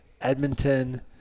edmonton